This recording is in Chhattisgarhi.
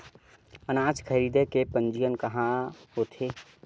अनाज खरीदे के पंजीयन कहां होथे?